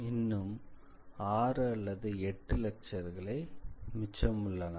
இன்னும் 6 அல்லது 8 லெக்சர்களே மிச்சம் உள்ளன